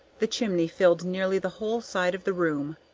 the chimney filled nearly the whole side of the room,